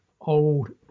old